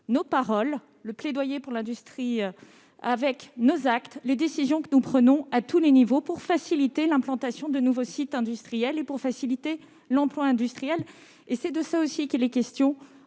nos paroles, nos plaidoyers pour cette industrie, en conformité avec nos actes, avec les décisions que nous prenons à tous les niveaux pour faciliter l'implantation de nouveaux sites industriels et favoriser l'emploi industriel. C'est de cela aussi qu'il est question